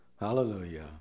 Hallelujah